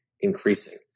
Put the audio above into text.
increasing